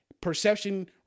perception